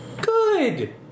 Good